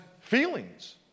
feelings